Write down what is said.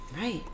Right